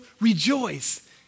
rejoice